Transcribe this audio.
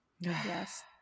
Yes